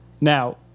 Now